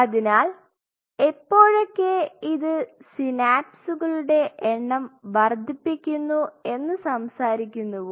അതിനാൽ എപ്പോഴൊക്കെ ഇത് സിനാപ്സുകളുടെ എണ്ണം വർദ്ധിപ്പിക്കുന്നു എന്ന് സംസാരിക്കുന്നുവോ